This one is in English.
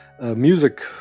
music